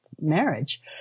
marriage